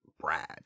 Brad